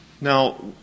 Now